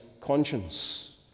conscience